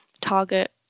target